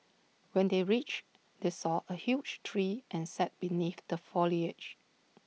when they reached they saw A huge tree and sat beneath the foliage